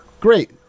Great